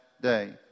day